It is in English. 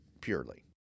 purely